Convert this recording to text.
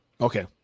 Okay